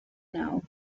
now